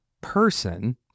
person